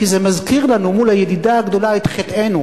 כי זה מזכיר לנו מול הידידה הגדולה את חטאנו.